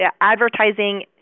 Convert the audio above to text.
advertising